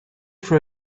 for